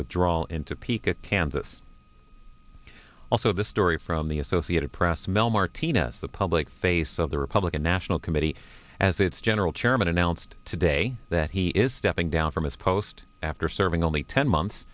withdrawal in topeka kansas also the story from the associated press mel martinez the public face of the republican national committee as its general chairman announced today that he is stepping down from his post after serving only ten months